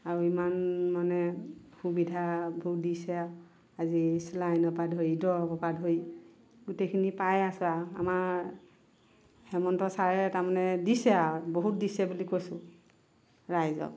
আৰু ইমান মানে সুবিধাবোৰ দিছে আজি চেলাইনৰ পৰা ধৰি দৰৱৰ পৰা ধৰি গোটেইখিনি পাই আছোঁ আৰু আমাৰ হেমন্ত ছাৰে তাৰমানে দিছে আৰু বহুত দিছে বুলি কৈছোঁ ৰাইজক